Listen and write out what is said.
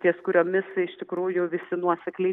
ties kuriomis iš tikrųjų visi nuosekliai